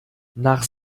nach